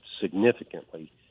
significantly